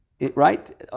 Right